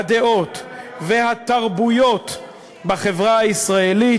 הדעות והתרבויות בחברה הישראלית.